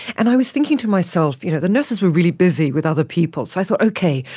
and i was thinking to myself, you know, the nurses were really busy with other people, so i thought, okay,